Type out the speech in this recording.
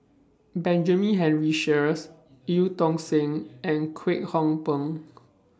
Benjamin Henry Sheares EU Tong Sen and Kwek Hong Png